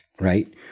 Right